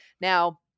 Now